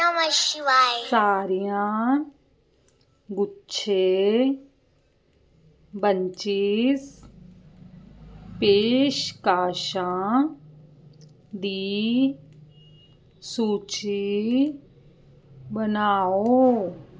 ਸਾਰੀਆਂ ਗੁੱਛੇ ਬੰਚਿਸ਼ ਪੇਸ਼ਕਸ਼ਾਂ ਦੀ ਸੂਚੀ ਬਣਾਓ